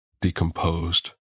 decomposed